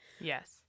Yes